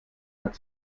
hat